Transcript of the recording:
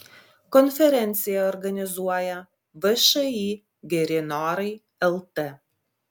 konferenciją organizuoja všį geri norai lt